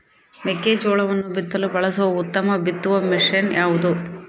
ಮೆಕ್ಕೆಜೋಳವನ್ನು ಬಿತ್ತಲು ಬಳಸುವ ಉತ್ತಮ ಬಿತ್ತುವ ಮಷೇನ್ ಯಾವುದು?